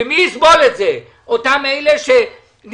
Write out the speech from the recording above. ומי יסבול את זה אותם אלה שנמצאים